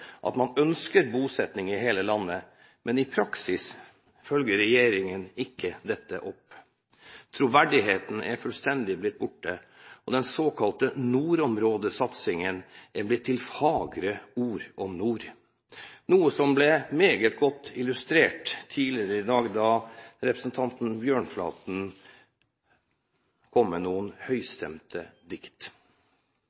at man ønsker bosetting i hele landet. Men i praksis følger ikke regjeringen dette opp. Troverdigheten er fullstendig borte, og den såkalte nordområdesatsingen er blitt til fagre ord om nord, noe som ble meget godt illustrert tidligere i dag, da representanten Bjørnflaten kom med noen